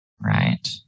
Right